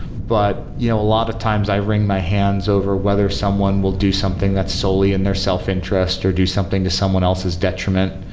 but you know a lot of times i wring my hands over whether someone will do something that's solely in their self-interest or do something to someone else's detriment.